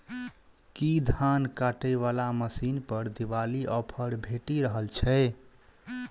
की धान काटय वला मशीन पर दिवाली ऑफर भेटि रहल छै?